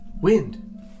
Wind